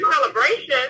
celebration